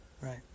right